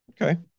Okay